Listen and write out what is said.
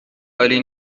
عالی